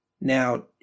Now